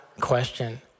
question